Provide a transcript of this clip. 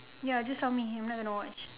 ya just tell me I'm not going to watch